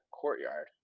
courtyard